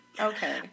Okay